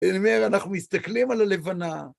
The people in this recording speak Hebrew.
אני אומר, אנחנו מסתכלים על הלבנה,